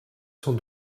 sont